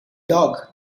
dog